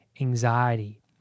anxiety